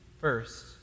First